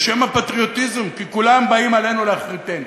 בשם הפטריוטיזם, כי כולם באים עלינו להכריתנו.